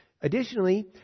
Additionally